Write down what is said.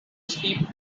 steep